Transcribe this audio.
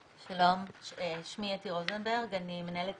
שלום, שמי אתי רוזנברג, אני מנהלת